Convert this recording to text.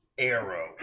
Arrow